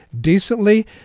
decently